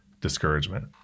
discouragement